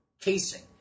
casing